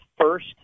first